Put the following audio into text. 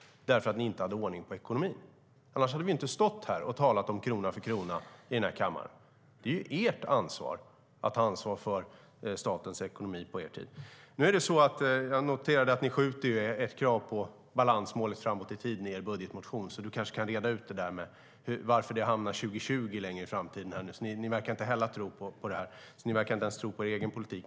Ni hade inte ordning på ekonomin. Annars hade vi inte stått här och talat om krona för krona i kammaren. Det var ni som hade ansvar för statens ekonomi på er tid. Jag noterade att ni skjuter ert krav på balansmål framåt i tiden i er budgetmotion. Du kanske kan reda ut varför det är 2020. Ni verkar inte heller tro på det här. Ni verkar inte ens tro på er egen politik.